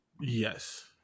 Yes